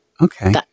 okay